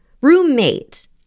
roommate